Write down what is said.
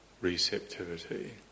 receptivity